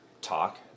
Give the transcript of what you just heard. talk